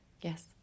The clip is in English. Yes